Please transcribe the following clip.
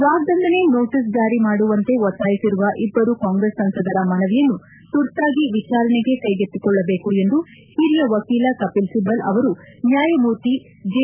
ವಾಗ್ದಂಡನೆ notice ಜಾರಿ ಮಾಡುವಂತೆ ಒತ್ತಾಯಿಸಿರುವ ಇಬ್ಲರು ಕಾಂಗ್ರೆಸ್ ಸಂಸದರ ಮನವಿಯನ್ನು ತುರ್ತಾಗಿ ವಿಚಾರಣೆಗೆ ಕ್ಲೆಗೆತ್ತಿಕೊಳ್ಳಬೇಕು ಎಂದು ಹಿರಿಯ ವಕೀಲ ಕಪಿಲ್ ಸಿಬಲ್ ಅವರು ನ್ನಾಯಮೂರ್ತಿ ಜೆ